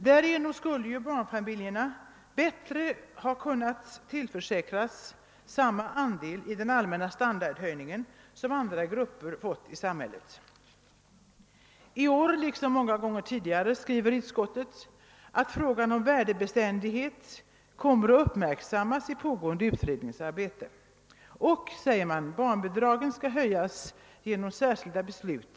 Därigenom skulle ju barnfamiljerna på ett bättre sätt än nu kunna tillförsäkras samma andel i den allmänna standardhöjningen som andra grupper i samhället. I år liksom tidigare skriver utskottet att frågan om värdebeständighet kommer att uppmärksammas i pågående utredningsarbete. Vidare framhåller man att barnbidragen skall höjas genom särskilda beslut.